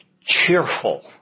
cheerful